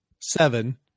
seven